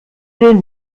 den